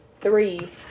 three